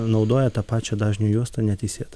naudoja tą pačią dažnių juostą neteisėtai